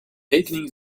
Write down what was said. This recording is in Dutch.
rekening